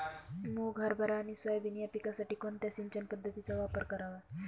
मुग, हरभरा आणि सोयाबीन या पिकासाठी कोणत्या सिंचन पद्धतीचा वापर करावा?